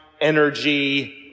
energy